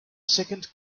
second